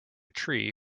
tree